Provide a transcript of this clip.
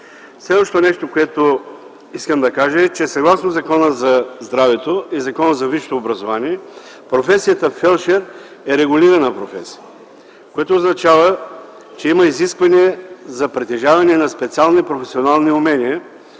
Следващото нещо, което искам да кажа, е, че съгласно Закона за здравето и Закона за висшето образование професията „фелдшер” е регулирана професия, което означава, че има изискване за притежаване на специални професионални умения